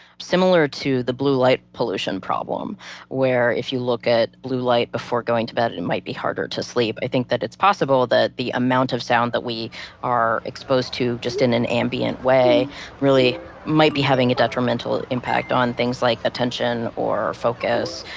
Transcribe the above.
similar to the blue light pollution problem where if you look at blue light before going to bed and might be harder to sleep, i think that it's possible that the amount of sound that we are exposed to in an ambient way really might be having a detrimental impact on things like attention, or focus,